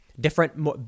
Different